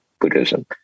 Buddhism